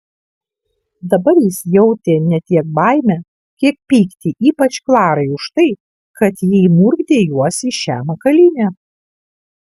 dabar jis jautė ne tiek baimę kiek pyktį ypač klarai už tai kad ji įmurkdė juos į šią makalynę